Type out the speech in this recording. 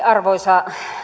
arvoisa